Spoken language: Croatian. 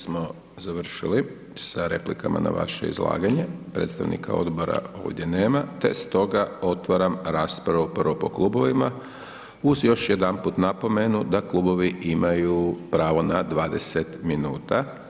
Mi smo završili sa replikama na vaše izlaganje, predstavnika odbora ovdje nema te stoga otvaram raspravu, prvo po klubovima uz još jedanput napomenu da klubovi imaju pravo na 20 minuta.